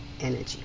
energy